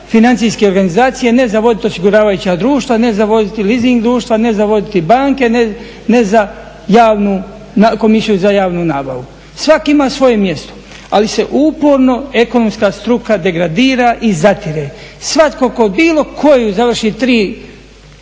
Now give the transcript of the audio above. financijske organizacije, ne za voditi osiguravajuća društva, ne za voditi leasing društva, ne za voditi banke, ne za Komisiju za javnu nabavu. Svak ima svoje mjesto ali se uporno ekonomska struka degradira i zatire. Svatko tko bilo koju završi tri